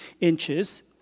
inches